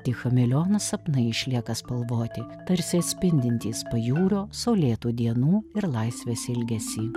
tik chameleonas sapnai išlieka spalvoti tarsi atspindintys pajūrio saulėtų dienų ir laisvės ilgesį